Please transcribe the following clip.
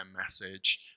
message